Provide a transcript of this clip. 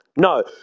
No